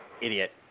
Idiot